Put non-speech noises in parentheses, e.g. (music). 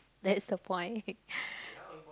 that's the point (laughs) (noise)